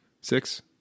six